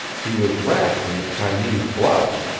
he was wrapped in the chinese blouse,